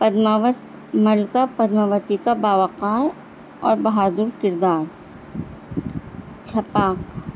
پدماوت ملکہ پدماوتی کاہ باوقار اور بہاد ال کردار چھپا